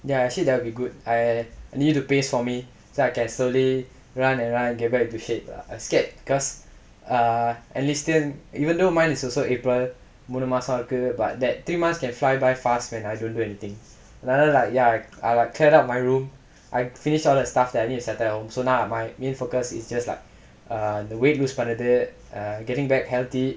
ya actually that would be good I need you to pace for me so I can slowly run and run get back into shape I scared cause err enlistment even though mine is also april மூணு மாசம் இருக்கு:moonu maasam irukku but that three months can fly by fast when I don't do anything and then like ah I cleared up my room I finished all that stuff that I need to settle at home so now my main focus is just like err இந்த:intha weight lose பண்றது:panrathu err getting back healthy